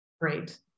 Great